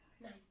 nine